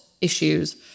issues